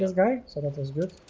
gonna sort of good